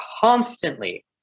constantly